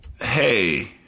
hey